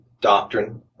doctrine